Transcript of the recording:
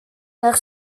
nog